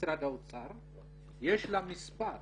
יש לה מספר.